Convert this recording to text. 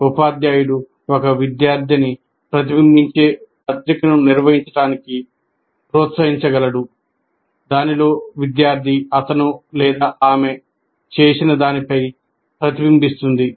ఉపాధ్యాయుడు ఒక విద్యార్థిని ప్రతిబింబించే పత్రికను నిర్వహించడానికి ప్రోత్సహించగలడు దీనిలో విద్యార్థి అతను ఆమె చేసిన దానిపై ప్రతిబింబిస్తుంది